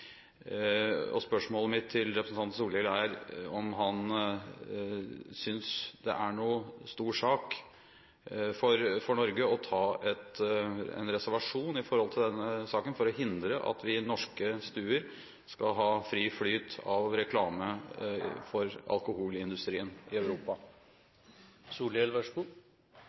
vanskelig. Spørsmålet mitt til representanten Solhjell er om han synes det er noen stor sak for Norge å ta en reservasjon i forhold til denne saken for å hindre at vi i norske stuer skal ha fri flyt av reklame for alkoholindustrien i